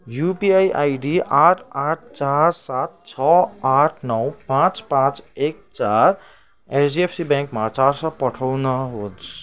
UPI ID आठ आठ चार सात छ आठ नौ पाँच पाँच एक चार एचडिएफसी ब्याङ्कमा चार सय पठाउनुहोस्